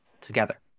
together